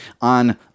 on